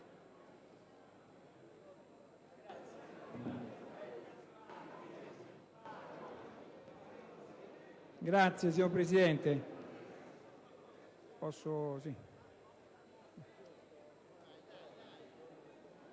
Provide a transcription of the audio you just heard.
Grazie, signor Presidente,